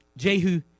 Jehu